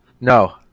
No